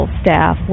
staff